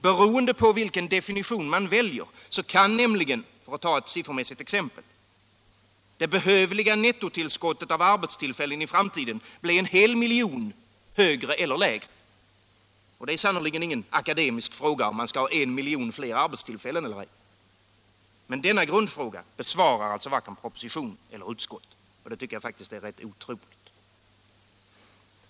Beroende på vilken definition man väljer kan — för att ta ett siffermässigt exempel — det behövliga nettotillskottet av arbetstillfällen i framtiden bli en hel miljon större eller mindre. Och det är sannerligen ingen akademisk fråga om man skall ha en miljon fler arbetstillfällen eller ej. Men denna grundfråga besvarar alltså varken propositionen eller utskottets betänkande. Det tycker jag faktiskt är rätt otroligt.